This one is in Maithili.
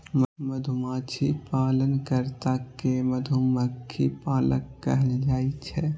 मधुमाछी पालन कर्ता कें मधुमक्खी पालक कहल जाइ छै